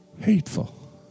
hateful